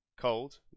cold